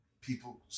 people